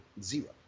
zero